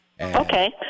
Okay